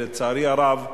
ולצערי הרב,